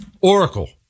Oracle